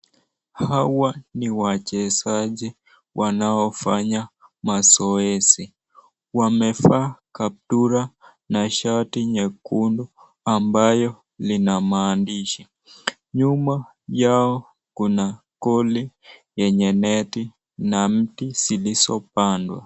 Hawa ni wachezaji wanaofanya zoezi wamevaa kaptura na shati nyekundu ambayo ina mandishi nyuma yao kuna goli yenye neti na miti zilizopandwa.